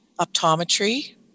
optometry